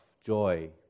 joy